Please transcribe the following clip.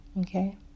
Okay